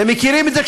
אתם מכירים את זה,